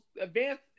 advanced